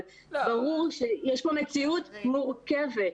אבל ברור שהמציאות פה היא מורכבת.